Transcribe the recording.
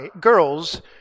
Girls